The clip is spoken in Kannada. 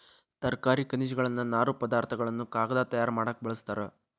ತರಕಾರಿ ಖನಿಜಗಳನ್ನ ನಾರು ಪದಾರ್ಥ ಗಳನ್ನು ಕಾಗದಾ ತಯಾರ ಮಾಡಾಕ ಬಳಸ್ತಾರ